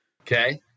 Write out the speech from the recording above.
okay